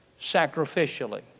sacrificially